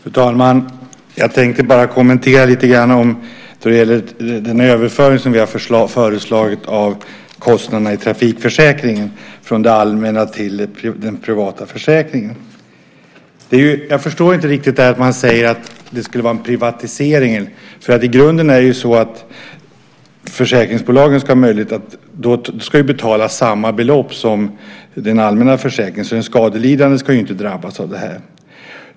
Fru talman! Jag tänkte bara kommentera lite grann när det gäller den överföring som vi har föreslagit av kostnaderna i trafikförsäkringen från den allmänna till den privata försäkringen. Jag förstår inte riktigt när man säger att det skulle vara en privatisering. I grunden är det ju så att försäkringsbolagen ska betala samma belopp som den allmänna försäkringen, så den skadelidande ska inte drabbas av det här.